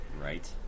right